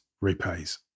repays